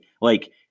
Like-